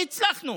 והצלחנו,